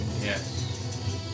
Yes